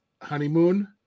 honeymoon